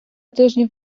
тижнів